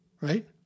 Right